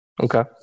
Okay